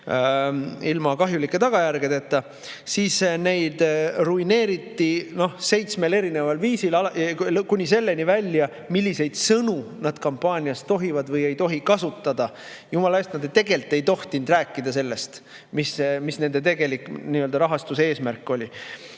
ilma kahjulike tagajärgedeta –, siis neid ruineeriti seitsmel erineval viisil kuni selleni välja, milliseid sõnu nad kampaanias tohivad või ei tohi kasutada. Jumala eest, nad tegelikult ei tohtinud rääkida sellest, mis nende rahastuse tegelik